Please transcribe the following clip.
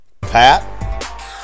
Pat